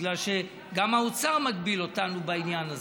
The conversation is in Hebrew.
בגלל שגם האוצר מגביל אותנו בעניין הזה.